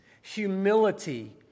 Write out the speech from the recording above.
humility